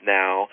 now